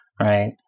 right